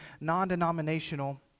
non-denominational